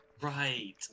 right